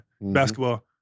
Basketball